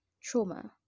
trauma